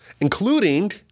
including